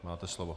Máte slovo.